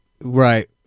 Right